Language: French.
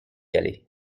aller